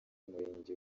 murenge